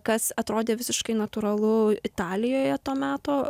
kas atrodė visiškai natūralu italijoje to meto